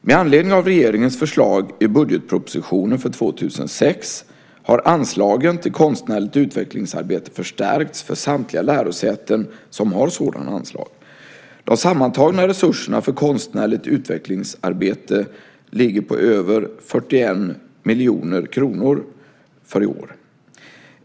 Med anledning av regeringens förslag i budgetpropositionen för 2006 har anslagen till konstnärligt utvecklingsarbete förstärkts för samtliga lärosäten som har sådana anslag. De sammantagna resurserna för konstnärligt utvecklingsarbete ligger på över 41 miljoner kronor för i år.